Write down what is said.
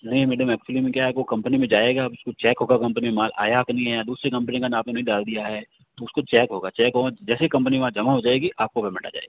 नहीं madam actually में क्या है कि वो कंपनी में जाएगा अब उसको चेक होगा कंपनी में माल आया कि नहीं आया दूसरी कंपनी का अपने नाम तो नहीं डाल दिया है तो उसको चेक होगा चेक होगा जैसे ही कंपनी में वहाँ जमा हो जाएगी आपको पेमेंट आ जाएगा